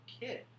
kid